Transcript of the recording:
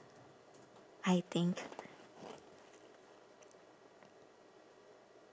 I think